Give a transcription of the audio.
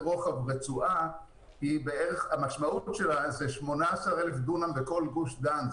רוחב של רצועה זה 18,000 דונם בכל גוש דן.